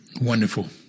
Wonderful